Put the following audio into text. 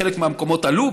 בחלק מהמקומות עלו,